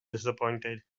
disappointed